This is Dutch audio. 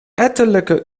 ettelijke